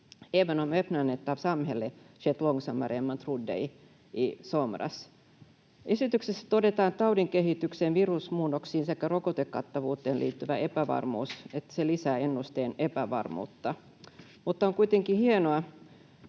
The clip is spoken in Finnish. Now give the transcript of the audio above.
Esityksessä todetaan, että taudin kehitykseen, virusmuunnoksiin sekä rokotekattavuuteen liittyvä epävarmuus lisää ennusteen epävarmuutta. Mutta on kuitenkin hienoa,